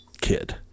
kid